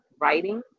writing